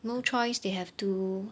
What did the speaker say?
no choice they have to